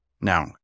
Now